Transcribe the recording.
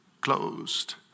closed